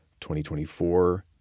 2024